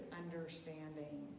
understanding